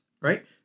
Right